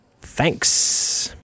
Thanks